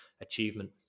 achievement